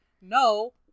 No